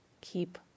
keep